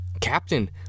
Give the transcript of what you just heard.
Captain